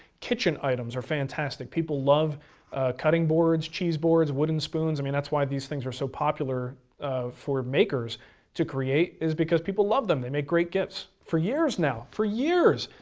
kitchen items are fantastic. people love cutting boards, cheese boards, wooden spoons, and i mean that's why these things are so popular for makers to create is because people love them, they make great gifts. for years now, for years,